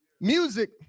Music